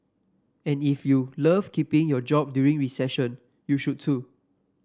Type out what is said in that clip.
and if you love keeping your job during recession you should too